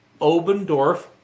Obendorf